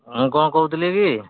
ମୁଁ କ'ଣ କହୁଥିଲି କି